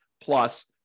plus